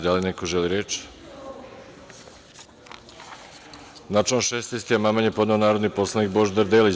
Da li neko želi reč? (Ne.) Na član 16. amandman je podneo narodni poslanik Božidar Delić.